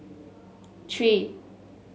three